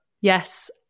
Yes